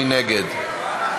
מי נגד?